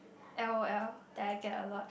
l_o_l that I get a lot